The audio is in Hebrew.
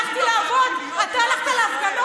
בגיל 13 אני הלכתי לעבוד, אתה הלכת להפגנות.